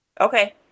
okay